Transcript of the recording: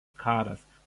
karas